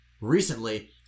recently